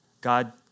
God